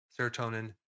serotonin